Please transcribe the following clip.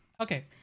Okay